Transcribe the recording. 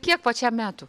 kiek pačiam metų